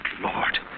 Lord